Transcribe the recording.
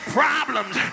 problems